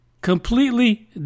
Completely